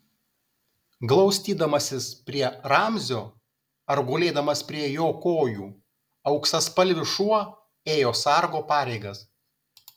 glaustydamasis prie ramzio ar gulėdamas prie jo kojų auksaspalvis šuo ėjo sargo pareigas